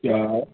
हा